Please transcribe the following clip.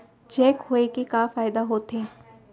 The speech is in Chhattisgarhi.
चेक होए के का फाइदा होथे?